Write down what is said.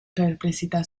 perplessità